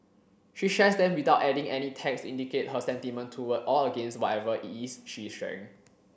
she shares them without adding any text to indicate her sentiment toward or against whatever it is she is sharing